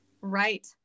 Right